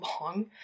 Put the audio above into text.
long